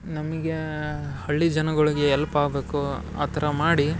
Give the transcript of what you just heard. ನಮಗೇ ಹಳ್ಳಿ ಜನಗುಳಿಗೆ ಎಲ್ಪ್ ಆಗ್ಬೇಕು ಆ ತರ ಮಾಡಿ